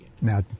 Now